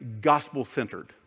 gospel-centered